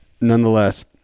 Nonetheless